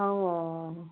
অঁ